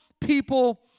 people